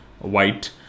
white